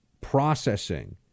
processing